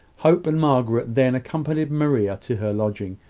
hope and margaret then accompanied maria to her lodging,